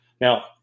Now